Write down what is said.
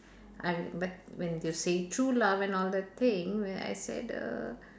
I w~ but when you say true love and all that thing and I said uh